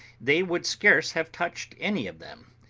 they would scarce have touched any of them.